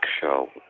show